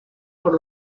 por